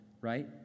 right